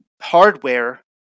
hardware